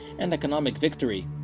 and economic victory.